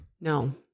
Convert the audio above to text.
no